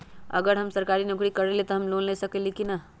अगर हम सरकारी नौकरी करईले त हम लोन ले सकेली की न?